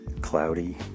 cloudy